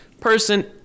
Person